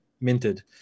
minted